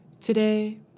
Today